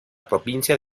provincia